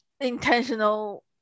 intentional